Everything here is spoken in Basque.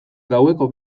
gaueko